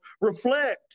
reflect